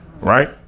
right